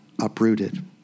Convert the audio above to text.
uprooted